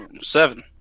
Seven